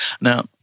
Now